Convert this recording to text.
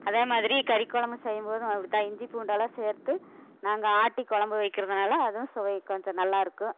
அதேமாதிரி கறிக்குழம்பு செய்யும் போதும் அப்டித்தான் இஞ்சி பூண்டெல்லாம் சேர்த்து நாங்கள் ஆட்டி குழம்பு வைக்கிறதுனால அதுவும் சுவை கொஞ்சம் நல்லாயிருக்கும்